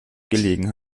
gelegen